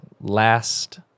last